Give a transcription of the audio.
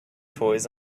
toys